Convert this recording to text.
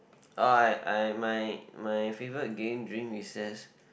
oh I I my my favourite game drink is this